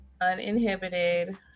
uninhibited